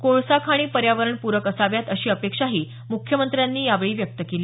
कोळसा खाणी पर्यावरण प्रक असाव्यात अशी अपेक्षाही मुख्यमंत्र्यांनी यांनी यावेळी व्यक्त केली